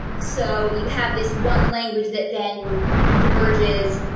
so you have this one language that then diverges,